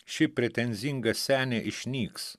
ši pretenzinga senė išnyks